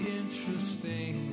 interesting